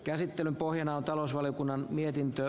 käsittelyn pohjana on talousvaliokunnan mietintö